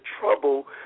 trouble